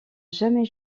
jamais